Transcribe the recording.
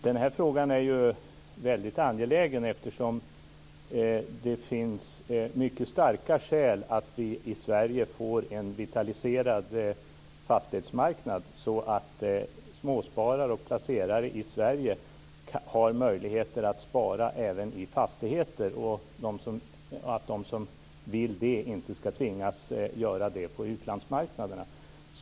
Herr talman! Den här frågan är väldigt angelägen, eftersom det finns mycket starka skäl för att vi i Sverige får en vitaliserad fastighetsmarknad så att småsparare och placerare i Sverige har möjligheter att spara även i fastigheter, att de som vill det inte tvingas att göra det på utlandsmarknaderna.